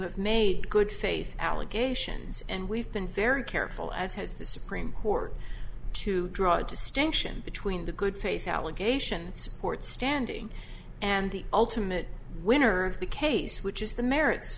have made good faith allegations and we've been very careful as has the supreme court to draw a distinction between the good faith allegation support standing and the ultimate winner of the case which is the merits